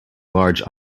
large